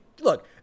look